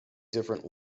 different